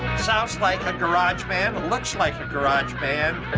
sounds like a garage band, looks like a garage band.